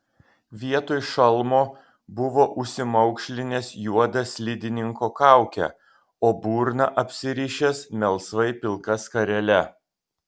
vietoj šalmo buvo užsimaukšlinęs juodą slidininko kaukę o burną apsirišęs melsvai pilka skarele